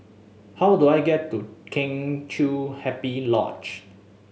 how do I get to Kheng Chiu Happy Lodge